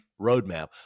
Roadmap